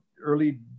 early